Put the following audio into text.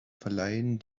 verleihen